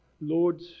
Lord